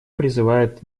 призывает